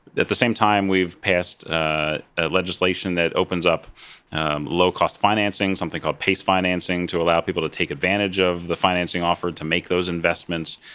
at the same time, we've passed ah ah legislation that opens up low-cost financing something, called pace financing, to allow people to take advantage of the financing offered to make those investments.